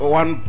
one